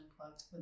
Unplugged